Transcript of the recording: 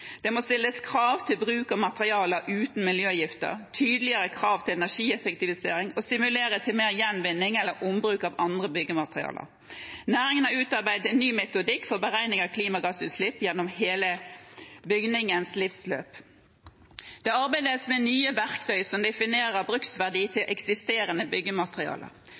Det må stilles krav til bruk av materialer uten miljøgifter, tydeligere krav til energieffektivisering og stimuleres til mer gjenvinning eller ombruk av andre byggematerialer. Næringen har utarbeidet en ny metodikk for beregning av klimagassutslipp gjennom hele bygningens livsløp. Det arbeides med nye verktøy som definerer bruksverdien til eksisterende byggematerialer.